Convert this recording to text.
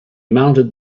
mounted